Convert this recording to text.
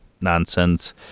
nonsense